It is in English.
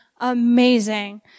amazing